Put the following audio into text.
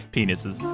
Penises